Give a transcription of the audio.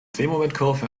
drehmomentkurve